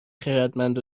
خردمند